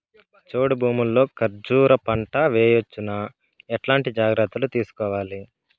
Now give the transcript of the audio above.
చౌడు భూముల్లో కర్బూజ పంట వేయవచ్చు నా? ఎట్లాంటి జాగ్రత్తలు తీసుకోవాలి?